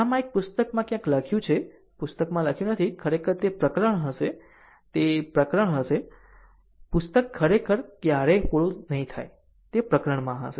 આમ આ પુસ્તકમાં ક્યાંક લખ્યું છે પુસ્તકમાં લખ્યું નથી ખરેખર તે પ્રકરણ હશે તે પ્રકરણ હશે પુસ્તક ખરેખર ક્યારેય પૂરું નહીં થાય તે પ્રકરણમાં હશે